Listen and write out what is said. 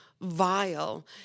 vile